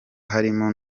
harimo